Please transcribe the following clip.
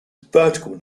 vertical